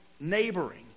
neighboring